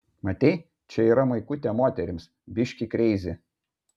matei čia yra maikutė moterims biški kreizi